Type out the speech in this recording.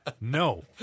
No